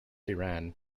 iran